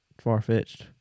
far-fetched